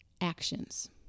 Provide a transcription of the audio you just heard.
Actions